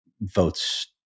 votes